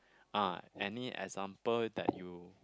ah any example that you